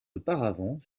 auparavant